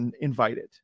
invited